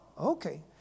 Okay